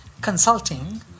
consulting